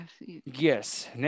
Yes